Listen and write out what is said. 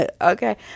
Okay